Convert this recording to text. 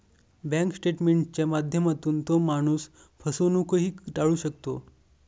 bank स्टेटमेंटच्या माध्यमातून तो माणूस फसवणूकही टाळू शकतो